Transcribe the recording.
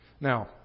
Now